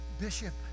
Bishop